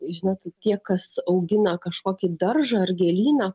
žinot tie kas augina kažkokį daržą ar gėlyną